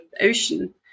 ocean